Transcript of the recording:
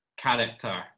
character